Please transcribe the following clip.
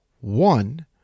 one